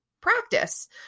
practice